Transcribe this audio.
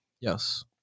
Yes